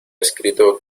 escrito